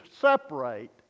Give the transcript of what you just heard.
separate